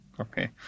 Okay